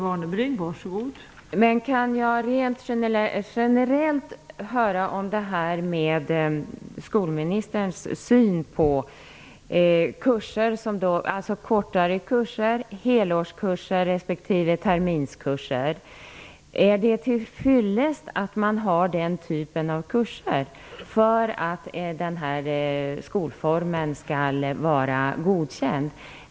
Fru talman! Kan jag generellt få höra skolministerns syn på kortare kurser, helårskurser respektive terminskurser? Är det till fyllest att man har den typen av kurser för att den här skolformen skall vara godkänd?